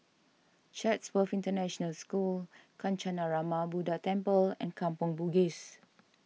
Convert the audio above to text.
Chatsworth International School Kancanarama Buddha Temple and Kampong Bugis